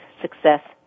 success